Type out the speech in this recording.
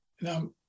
Now